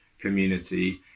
community